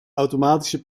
automatische